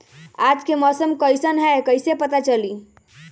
आज के मौसम कईसन हैं कईसे पता चली?